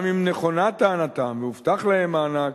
גם אם נכונה טענתם והובטח להם מענק,